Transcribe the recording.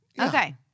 Okay